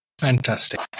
Fantastic